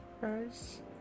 first